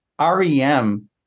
rem